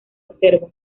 observa